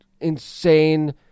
insane